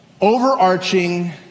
overarching